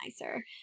nicer